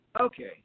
okay